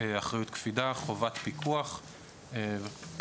אחריות קפידה, חובת פיקוח וכולי.